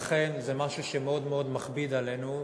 ולכן זה משהו שמאוד מאוד מכביד עלינו,